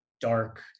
dark